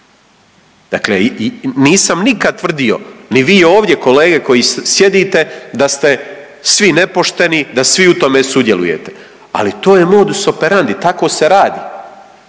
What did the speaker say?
Dakle, nisam nikad tvrdio ni vi ovdje kolege koji sjedite da ste svi nepošteni, da svi u tome sudjelujete, ali to je modus operandi tako se radi